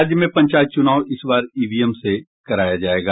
राज्य में पंचायत चुनाव इस बार ईवीएम से कराया जायेगा